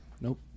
Nope